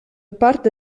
parte